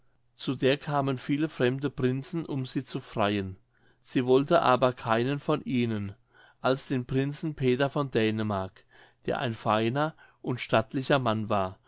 zu der kamen viele fremde prinzen um sie zu freien sie wollte aber keinen von ihnen als den prinzen peter von dänemark der ein feiner und stattlicher mann war